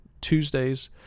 Tuesdays